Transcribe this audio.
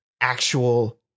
actual